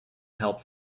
help